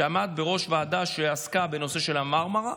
שעמד בראש ועדה שעסקה בנושא של המרמרה,